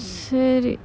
சரி:seri